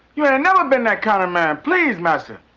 yeah never been that kind of man. please, master!